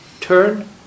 turn